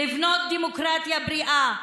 לבנות דמוקרטיה בריאה,